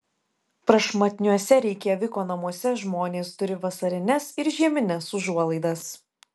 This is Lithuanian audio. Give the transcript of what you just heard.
prašmatniuose reikjaviko namuose žmonės turi vasarines ir žiemines užuolaidas